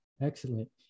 excellent